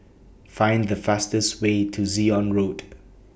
Find The fastest Way to Zion Road